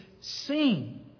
sing